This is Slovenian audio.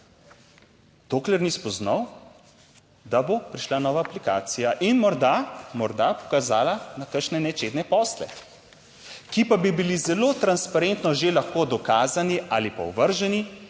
dokler ni spoznal, da bo prišla nova aplikacija in morda morda pokazala na kakšne nečedne posle, ki pa bi bili zelo transparentno že lahko dokazani ali pa ovrženi,